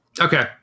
Okay